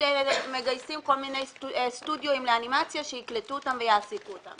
מגייסים סטודיויים לאנימציה שיקלטו אותן ויעסיקו אותם.